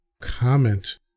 comment